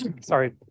Sorry